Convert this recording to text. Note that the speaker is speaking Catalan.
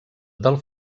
del